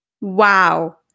Wow